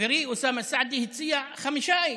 חברי אוסאמה סעדי הציע חמישה איש,